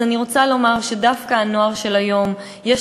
אז אני רוצה לומר שדווקא הנוער של היום יש